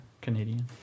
Canadian